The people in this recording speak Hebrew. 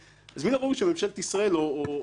מן הראוי שממשלת ישראל או הגורמים